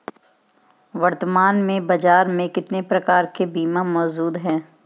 वर्तमान में बाज़ार में कितने प्रकार के बीमा मौजूद हैं?